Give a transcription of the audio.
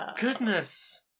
Goodness